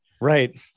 right